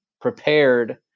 prepared